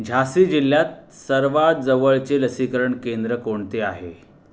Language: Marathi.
झासी जिल्ह्यात सर्वात जवळचे लसीकरण केंद्र कोणते आहे